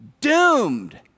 doomed